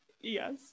Yes